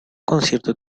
concierto